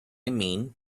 mean